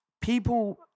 people